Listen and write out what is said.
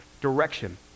direction